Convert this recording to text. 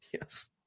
Yes